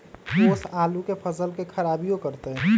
ओस आलू के फसल के खराबियों करतै?